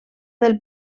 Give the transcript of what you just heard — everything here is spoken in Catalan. del